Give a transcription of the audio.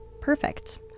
perfect